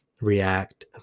React